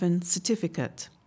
certificate